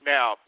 Now